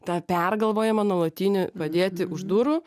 tą pergalvojimą nuolatinį padėti už durų